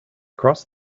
crossed